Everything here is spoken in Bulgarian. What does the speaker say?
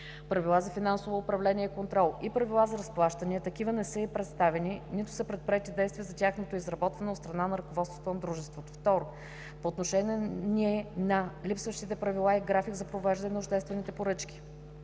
правилата за финансово управление и контрол и Правилата за разплащания, такива не са й представени, нито са предприети действия за тяхното изработване от страна на ръководството на дружеството. 2. По отношение на липсващите правила и график за провеждане на обществените поръчки